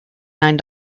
nine